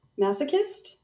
Masochist